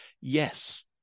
yes